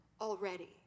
already